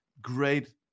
great